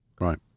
Right